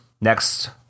next